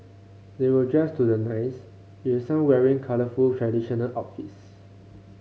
they were dressed to the nines with some wearing colourful traditional outfits